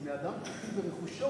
כי אדם פרטי יעביר את רכושו,